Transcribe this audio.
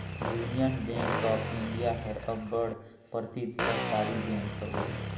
union bank of India हर अब्बड़ परसिद्ध सहकारी बेंक हवे